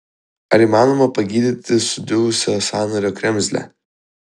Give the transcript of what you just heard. ar įmanoma pagydyti sudilusią sąnario kremzlę